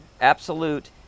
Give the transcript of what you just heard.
absolute